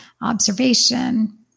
observation